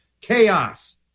Chaos